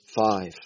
five